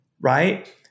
Right